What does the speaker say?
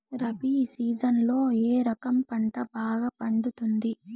రబి సీజన్లలో ఏ రకం పంట బాగా పండుతుంది